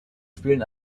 spielen